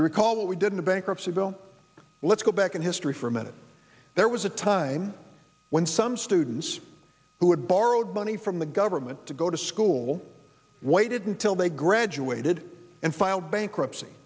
you recall what we did in a bankruptcy bill let's go back in history for a minute there was a time when some students who had borrowed money from the government to go to school waited until they graduated and filed bankruptcy